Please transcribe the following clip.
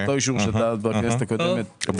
זה אותו אישור שהיה בכנסת הקודמת.